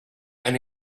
and